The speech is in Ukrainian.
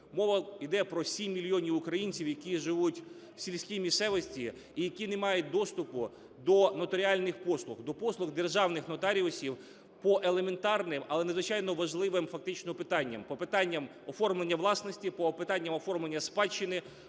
Мова іде про 7 мільйонів українців, які живуть у сільській місцевості і які не мають доступу до нотаріальних послуг, до послуг державних нотаріусів по елементарним, але надзвичайно важливим фактично питанням: по питанням оформлення власності, по питанням оформлення спадщини,